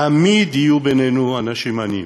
תמיד יהיו בינינו אנשים עניים,